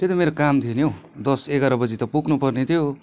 त्यही त मेरो काम थियो नि हौ दस एघारबजे त पुग्नु पर्ने थियो